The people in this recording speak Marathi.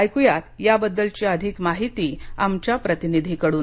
ऐकू या त्याबद्दलची अधिक माहिती आमच्या प्रतिनिधींकडून